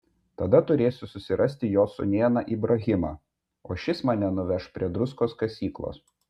tada turėsiu susirasti jo sūnėną ibrahimą o šis mane nuveš prie druskos kasyklos